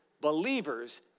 believers